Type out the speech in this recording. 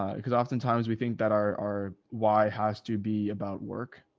because oftentimes we think that our, our, why has to be about work.